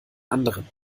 anderen